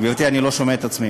גברתי, אני לא שומע את עצמי.